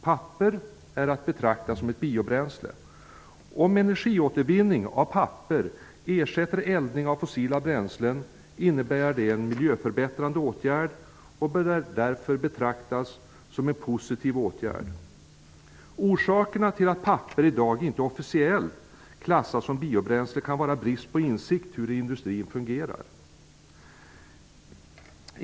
Papper är att betrakta som ett biobränsle. Om energiåtervinning av papper ersätter eldning av fossila bränslen innebär det en miljöförbättrande åtgärd och bör därför betraktas som en positiv åtgärd. Orsakerna till att papper i dag inte officiellt klassas som biobränsle kan vara brist på insikt om hur industrin fungerar.